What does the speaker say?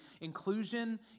Inclusion